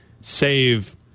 save